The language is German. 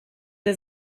der